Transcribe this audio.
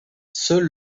seul